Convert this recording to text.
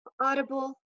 Audible